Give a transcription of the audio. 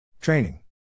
Training